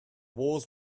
wars